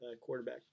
quarterback